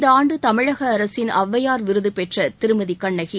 இந்த ஆண்டு தமிழக அரசின் ஒளவையாா் விருது பெற்ற திருமதி கண்ணகி